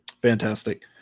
Fantastic